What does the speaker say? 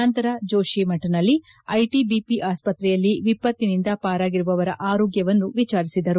ನಂತರ ಜೋಷಿಮರ್ನಲ್ಲಿನ ಐಟಿಬಿಪಿ ಆಸ್ಪತ್ರೆಯಲ್ಲಿ ವಿಪತ್ತಿನಿಂದ ಪಾರಾಗಿರುವವರ ಆರೋಗ್ಯವನ್ನು ವಿಚಾರಿಸಿದರು